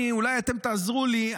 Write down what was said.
אולי אתם תעזרו לי,